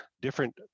different